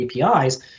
APIs